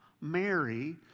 Mary